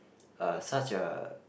uh such a